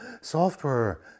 software